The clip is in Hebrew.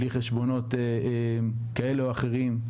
בלי חשבונות כאלה או אחרים.